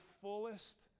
fullest